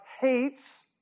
hates